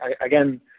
again